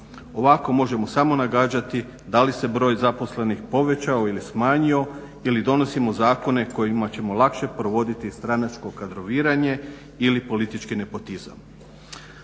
Ovako možemo samo nagađati da li se broj zaposlenih povećao ili smanjio, ili donosimo zakone kojima ćemo lakše provoditi stranačko kadroviranje ili politički nepotizam.